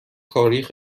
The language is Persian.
تاریخ